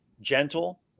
gentle